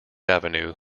avenue